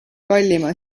kallima